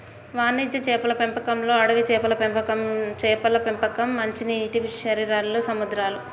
వాణిజ్య చేపల పెంపకంలోఅడవి చేపల పెంపకంచేపల పెంపకం, మంచినీటిశరీరాల్లో సముద్రాలు